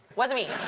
wasn't me.